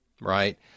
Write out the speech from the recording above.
right